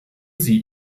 sie